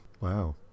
Wow